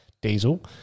diesel